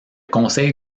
conseil